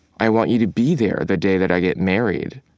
i want you to be there the day that i get married.